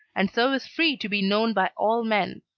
and so is free to be known by all men.